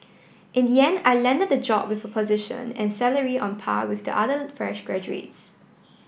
in the end I landed the job and with a position and salary on par with the other fresh graduates